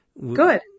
Good